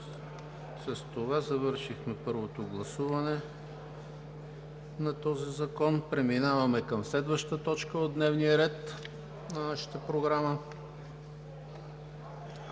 с това завършихме първото гласуване на този закон. Преминаваме към следващата точка от дневния ред: ВТОРО ГЛАСУВАНЕ